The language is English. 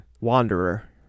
wanderer